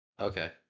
okay